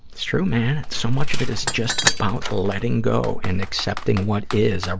it's true, man, so much of it is just about letting go and accepting what is.